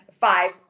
five